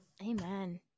Amen